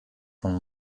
von